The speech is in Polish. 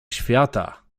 świata